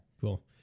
Cool